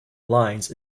lines